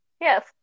Yes